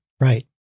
Right